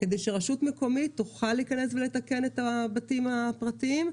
כדי שרשות מקומית תוכל להיכנס ולתקן את הבתים הפרטיים,